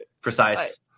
precise